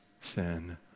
sin